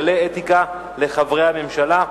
כללי אתיקה לחברי הממשלה).